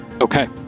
Okay